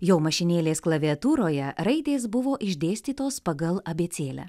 jo mašinėlės klaviatūroje raidės buvo išdėstytos pagal abėcėlę